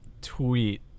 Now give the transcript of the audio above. Tweet